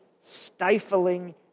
stifling